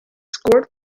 scored